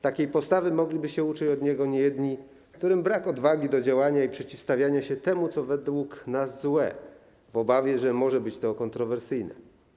Takiej postawy mogliby się uczyć od niego niejedni, którym brak odwagi do działania i przeciwstawienia się temu, co według nas złe, w obawie, że może być to kontrowersyjne.